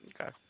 Okay